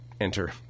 enter